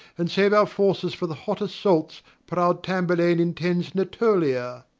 and save our forces for the hot assaults proud tamburlaine intends natolia.